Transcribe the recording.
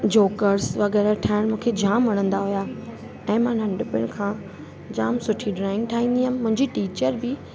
jokers वग़ैरह ठाहिणु मूंखे जामु वणंदा हुया ऐं मां नंढपण खां जामु सुठी ड्रॉइंग ठाहींदी आहियां मुंहिंजी टीचर बि